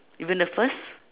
you mean the first